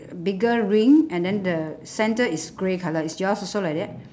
bigger ring and then the centre is grey colour is yours also like that